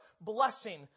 blessing